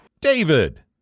David